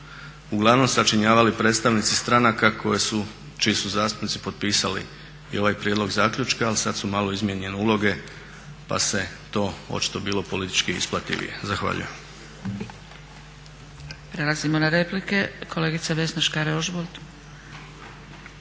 uglavnom sačinjavali predstavnici stranaka čiji su zastupnici potpisali i ovaj prijedlog zaključka, ali sad su malo izmijenjene uloge pa se to očito bilo politički isplativije. Zahvaljujem.